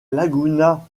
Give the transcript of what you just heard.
laguna